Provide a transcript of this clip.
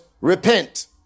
repent